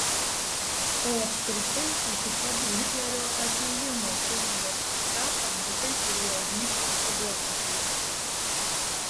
o apskritai iki pat hitlerio atėjimo kunigas puciata mažai turėjo ryšių su vokiečiais